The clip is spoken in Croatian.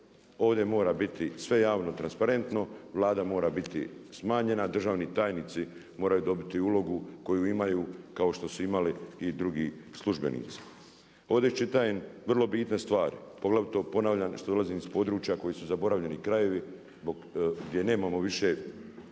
Ovdje mora biti sve javno, transparentno, Vlada mora biti smanjena, državni tajnici moraju dobiti ulogu koju imaju kao što su imali i drugi službenici. Ovdje iščitajem vrlo bitne stvari, poglavito ponavljam što dolazim iz područja koji su zaboravljeni krajevi gdje nemamo više doslovno